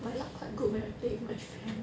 my luck quite good when I play with my friend